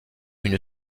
une